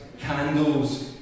candles